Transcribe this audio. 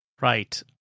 Right